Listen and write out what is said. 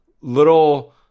little